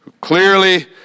clearly